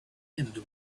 end